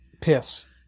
Piss